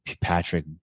Patrick